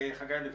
חגי לוין,